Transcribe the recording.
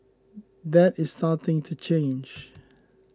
that is starting to change